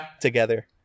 together